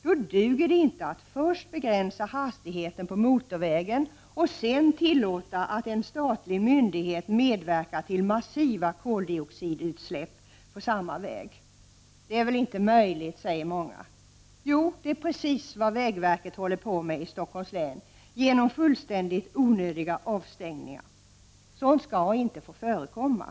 Det duger inte att först begränsa hastigheten på motorvägen och sedan tillåta att en statlig myndighet medverkar till massiva koldioxidutsläpp på samma väg. Det är väl inte möjligt, säger många. Jo, det är precis vad vägverket håller på med i Stockholms län genom fullständigt onödiga avstängningar. Sådant skall inte få förekomma.